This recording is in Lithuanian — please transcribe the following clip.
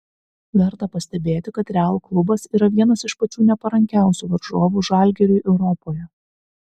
verta pastebėti kad real klubas yra vienas iš pačių neparankiausių varžovų žalgiriui europoje